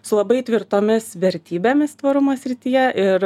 su labai tvirtomis vertybėmis tvarumo srityje ir